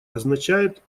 означает